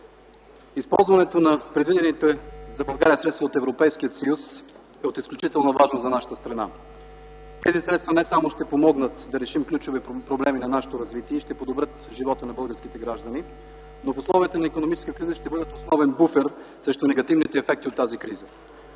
Използването на предвидените за България средства от Европейския съюз е от изключителна важност за нашата страна. Тези средства не само ще помогнат да решим ключови проблеми на нашето развитие и ще подобрят живота на българските граждани, но в условията на икономическа криза ще бъдат основен буфер срещу негативните ефекти от тази криза.